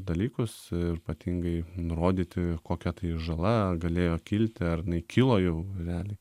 dalykus ir ypatingai nurodyti kokia tai žala galėjo kilti ar jinai kilo jau realiai